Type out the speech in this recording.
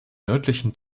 nördlichen